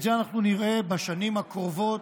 את זה אנחנו נראה בשנים הקרובות,